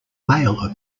male